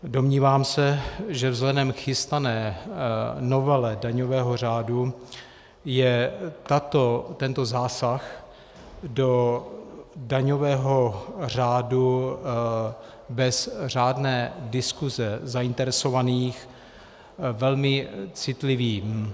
Domnívám se, že vzhledem k chystané novele daňového řádu je tento zásah do daňového řádu bez řádné diskuse zainteresovaných velmi citlivý